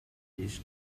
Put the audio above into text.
disco